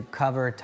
cover